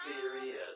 serious